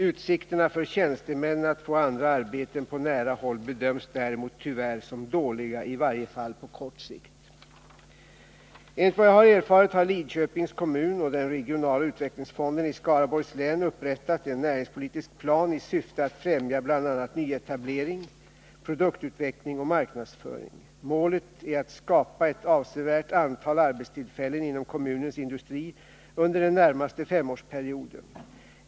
Utsikterna för tjänstemännen att få andra arbeten på nära håll bedöms däremot tyvärr som dåliga, i varje fall på kort sikt. Enligt vad jag har erfarit har Lidköpings kommun och den regionala utvecklingsfonden i Skaraborgs län upprättat en näringspolitisk plan i syfte att främja bl.a. nyetablering, produktutveckling och marknadsföring. Målet. Nr 56 är att skapa ett avsevärt antal arbetstillfällen inom kommunens industri Tisdagen den under den närmaste femårsperioden.